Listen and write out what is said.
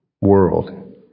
world